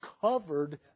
covered